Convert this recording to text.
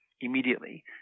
immediately